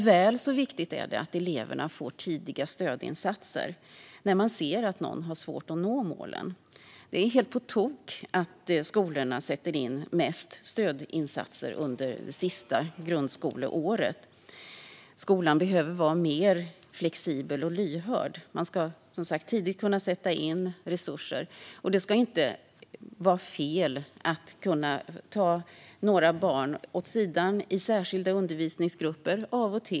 Väl så viktigt är dock att eleverna får tidiga stödinsatser när man ser att någon har svårt att nå målen. Det är helt på tok att skolorna sätter in mest stödinsatser under det sista grundskoleåret; skolan behöver vara mer flexibel och lyhörd. Man ska som sagt kunna sätta in resurser tidigt, och det ska inte vara fel att när det behövs ta några barn åt sidan i särskilda undervisningsgrupper.